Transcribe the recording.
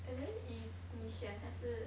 and then is 你选还是